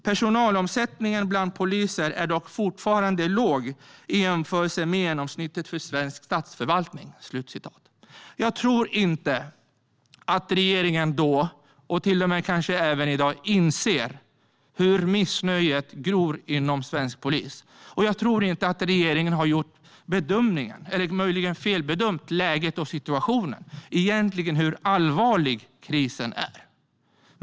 Personalomsättningen bland poliser är dock fortfarande låg i jämförelse med genomsnittet för svensk statsförvaltning." Jag tror inte att regeringen då insåg, och kanske inte heller i dag inser, hur missnöjet gror inom svensk polis. Regeringen har möjligen felbedömt läget och situationen och inser egentligen inte hur allvarlig krisen är.